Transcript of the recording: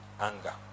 Anger